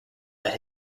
that